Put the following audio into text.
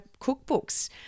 cookbooks